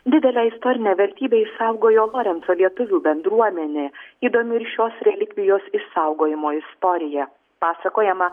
didelę istorinę vertybę išsaugojo lorenco lietuvių bendruomenė įdomi ir šios relikvijos išsaugojimo istorija pasakojama